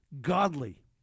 godly